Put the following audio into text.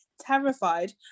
terrified